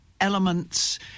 elements